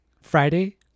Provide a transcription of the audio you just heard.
Friday